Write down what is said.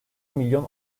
milyon